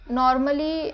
normally